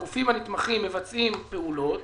הגופים הנתמכים מבצעים פעולות